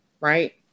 right